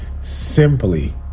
simply